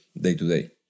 day-to-day